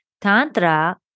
tantra